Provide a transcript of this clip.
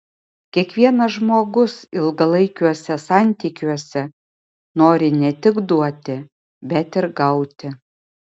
kiekvienas žmogus ilgalaikiuose santykiuose nori ne tik duoti bet ir gauti